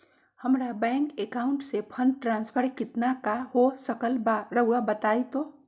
हमरा bank account से fund transfer कितना का हो सकल बा रुआ बताई तो?